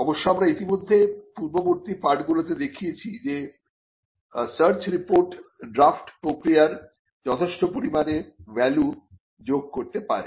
অবশ্য আমরা ইতিমধ্যে পূর্ববর্তী পাঠগুলিতে দেখিয়েছি যে সার্চ রিপোর্ট ড্রাফ্ট প্রক্রিয়ায় যথেষ্ট পরিমাণে ভ্যালু যোগ করতে পারে